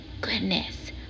goodness